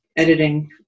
editing